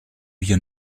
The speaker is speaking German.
hier